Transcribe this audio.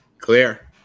Clear